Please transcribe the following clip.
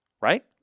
right